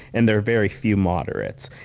and there are very few moderates.